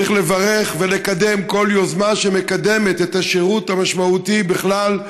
צריך לברך ולקדם כל יוזמה שמקדמת את השירות המשמעותי בכלל,